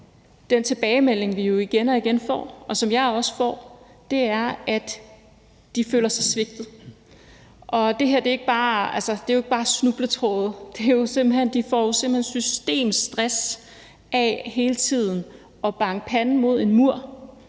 den tilbagemelding, vi jo igen og igen får, og som jeg også får, er, at de føler sig svigtet. Det her er altså ikke bare snubletråde. De får jo simpelt hen systemstress af hele tiden at banke panden mod en mur,